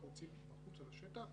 כשיוצאים החוצה לשטח,